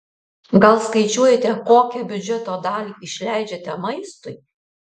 gal skaičiuojate kokią biudžeto dalį išleidžiate maistui